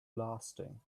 lasting